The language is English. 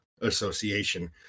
Association